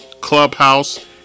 Clubhouse